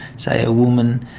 say, a woman